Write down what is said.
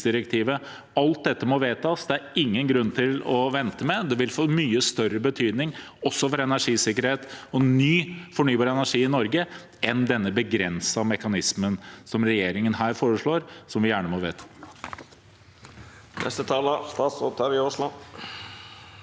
alt dette må vedtas. Det er det ingen grunn til å vente med. Det vil få mye større betydning for energisikkerhet og ny fornybar energi i Norge enn denne begrensede mekanismen som regjeringen her foreslår, som vi gjerne må vedta.